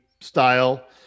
style